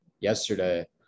yesterday